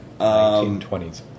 1920s